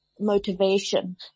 motivation